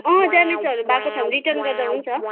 अँ ड्यामेजहरू भएको छ भने रिटर्न गर्दा हुन्छ